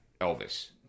Elvis